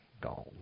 Gone